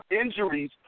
injuries